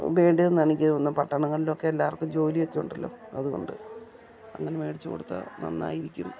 വേണ്ടിയത് എന്നാണ് എനിക്ക് തോന്നുന്നത് പട്ടണങ്ങളിലൊക്കെ എല്ലാവർക്കും ജോലിയൊക്കെ ഉണ്ടല്ലോ അതുകൊണ്ട് അങ്ങനെ വേടിച്ച് കൊടുത്താൽ നന്നായിരിക്കും